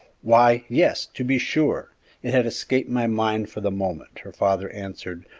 why, yes, to be sure it had escaped my mind for the moment, her father answered,